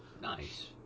Nice